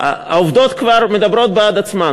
העובדות כבר מדברות בעד עצמן.